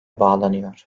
bağlanıyor